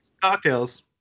cocktails